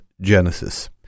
Genesis